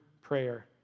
prayer